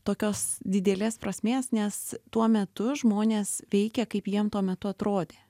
tokios didelės prasmės nes tuo metu žmonės veikė kaip jiem tuo metu atrodė